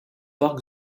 parc